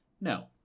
no